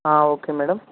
okay madam